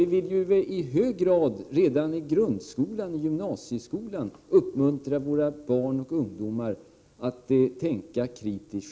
Vi vill ju redan i grundskolan och i gymnasieskolan i hög grad uppmuntra våra barn och ungdomar att tänka självständigt och kritiskt.